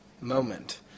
moment